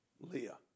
Leah